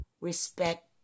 respect